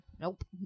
Nope